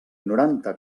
noranta